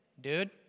Dude